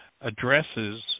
addresses